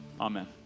Amen